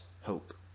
hope